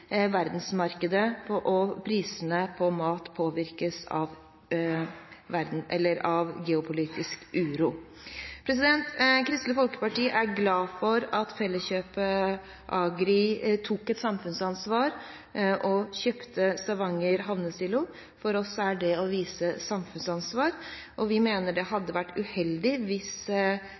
Verdensmarkedet og prisene på mat påvirkes av geopolitisk uro. Kristelig Folkeparti er glad for at Felleskjøpet Agri tok et samfunnsansvar og kjøpte Stavanger Havnesilo. For oss er det å vise samfunnsansvar, og vi mener det hadde vært uheldig hvis